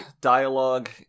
dialogue